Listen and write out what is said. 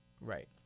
right